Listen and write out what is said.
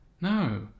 No